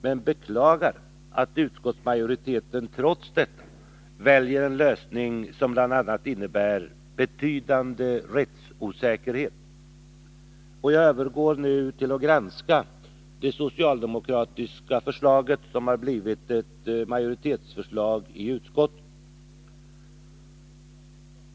Men jag beklagar att utskottsmajoriteten trots detta väljer en lösning som bl.a. innebär en betydande rättsosäkerhet. Jag övergår nu till att granska det socialdemokratiska förslag som har blivit ett majoritetsförslag i utskottet.